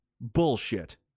Bullshit